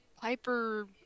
Piper